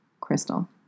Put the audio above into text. Crystal